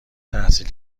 تحصیل